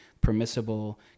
permissible